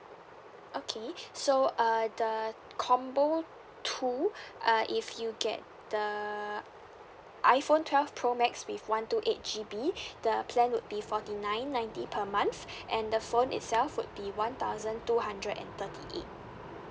okay so uh the combo two uh if you get the iphone twelve pro max with one two eight G_B the plan would be forty nine ninety per month and the phone itself would be one thousand two hundred and thirty eight